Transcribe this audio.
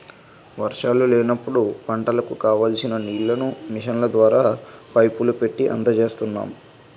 వర్షాలు లేనప్పుడు పంటలకు కావాల్సిన నీళ్ళను మిషన్ల ద్వారా, పైపులు పెట్టీ అందజేస్తున్నాం